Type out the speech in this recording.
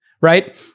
right